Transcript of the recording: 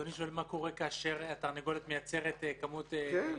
אדוני שואל מה קורה כאשר התרנגולת מייצרת כמות --- כן,